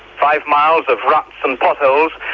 five miles of ruts and potholes,